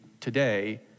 today